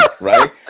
right